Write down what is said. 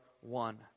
one